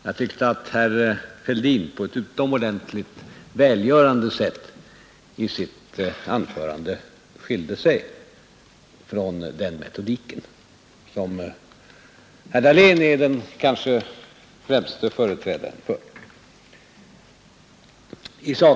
Jag tyckte att herr Fälldin på ett utomordentligt välgörande sätt i sitt anförande skilde sig från den metodik som herr Dahlén är den kanske främste företrädaren för.